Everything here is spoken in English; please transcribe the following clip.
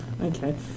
Okay